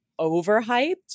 overhyped